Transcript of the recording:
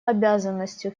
обязанностью